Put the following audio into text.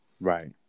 Right